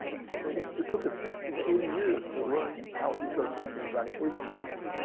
so it took us sixty to eighty years to learn how ecosystems actually function.